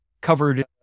covered